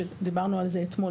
דיברנו על זה אמול,